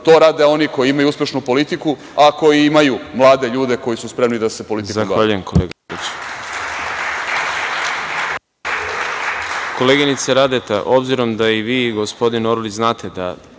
To rade oni koji imaju uspešnu politiku, a koji imaju mlade ljude koji su spremni da se politikom bave.